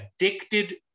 addicted